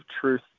truth